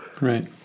Right